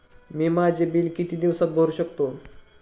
मी माझे बिल किती दिवसांत भरू शकतो?